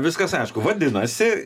viskas aišku vadinasi